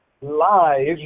live